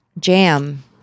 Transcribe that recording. Jam